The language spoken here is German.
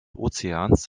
ozeans